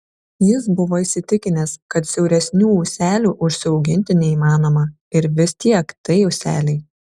jis buvo įsitikinęs kad siauresnių ūselių užsiauginti neįmanoma ir vis tiek tai ūseliai